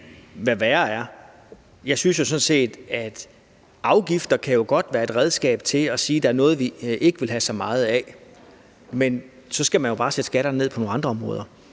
fattigere. Jeg synes sådan set, at afgifter jo godt kan være et redskab til at sige, at der er noget, vi ikke vil have så meget af, men så skal man jo bare sætte skatterne ned på nogle andre områder.